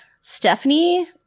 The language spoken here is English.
Stephanie